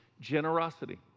generosity